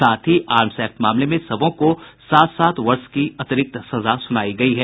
साथ ही arms act मामले में सबों को सात सात वर्ष की अतिरिक्त सजा सुनायी गयी है